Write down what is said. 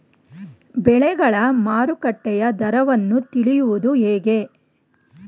ಬೆಳೆಗಳ ಮಾರುಕಟ್ಟೆಯ ದರವನ್ನು ತಿಳಿಯುವುದು ಹೇಗೆ?